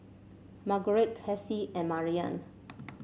Margurite Cassie and Mariann